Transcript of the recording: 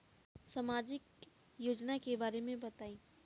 सामाजिक योजना के बारे में बताईं?